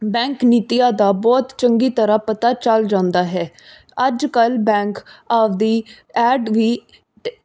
bank ਨੀਤੀਆਂ ਦਾ ਬਹੁਤ ਚੰਗੀ ਤਰ੍ਹਾਂ ਪਤਾ ਚੱਲ ਜਾਂਦਾ ਹੈ ਅੱਜ ਕੱਲ੍ਹ ਬੈਂਕ ਆਪਦੀ ਐਡ ਵੀ ਟ